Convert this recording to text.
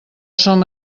som